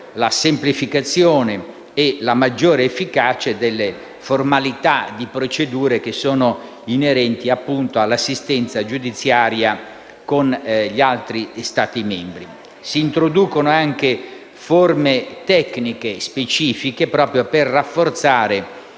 la semplificazione e la maggior efficacia delle formalità di procedure che sono inerenti all'assistenza giudiziaria con gli altri Stati membri. Si introducono anche forme tecniche specifiche per rafforzare